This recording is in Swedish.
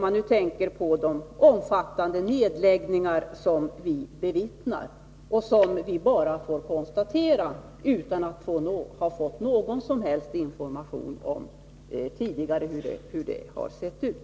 Jag tänker på omfattande nedläggningar som vi får bevittna och som vi bara får acceptera, utan att vi har fått någon som helst information om företaget och hur det har sett ut.